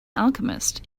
alchemist